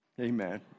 Amen